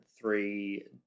three